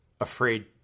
afraid